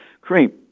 cream